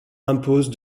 impose